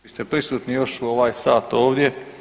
vi ste prisutni još u ovaj sat ovdje.